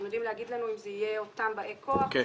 אתם יודעים להגיד לנו אם הם יהיו אותם באי כוח?